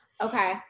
Okay